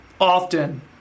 often